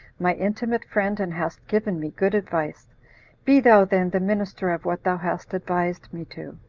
my intimate friend, and hast given me good advice be thou then the minister of what thou hast advised me to.